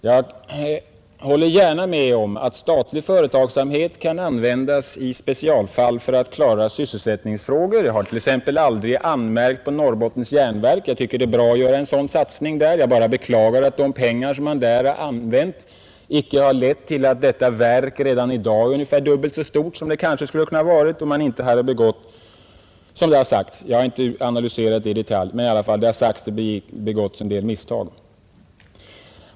Jag håller gärna med om att statlig företagsamhet kan användas i specialfall för att klara sysselsättningsfrågor. Jag har t.ex. 25 aldrig anmärkt på Norrbottens Järnverk. Jag tycker det är bra att göra en sådan satsning där. Jag bara beklagar att de pengar som man där har använt icke har lett till att detta verk redan i dag är ungefär dubbelt så stort, vilket det kanske kunde ha varit, om man inte — jag har inte analyserat det i detalj, men det har i alla fall sagts så — hade begått en del misstag.